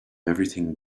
everything